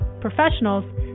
professionals